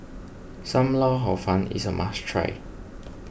Sam Lau Hor Fun is a must try